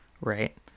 right